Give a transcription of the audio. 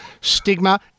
stigma